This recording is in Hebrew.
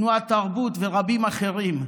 תנועת תרבות ורבים אחרים.